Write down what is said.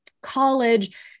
college